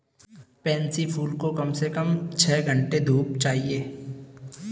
pansy फूल को कम से कम छह घण्टे की धूप चाहिए